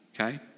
okay